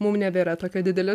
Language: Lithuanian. mum nebėra tokio didelio